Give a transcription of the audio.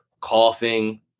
coughing